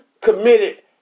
committed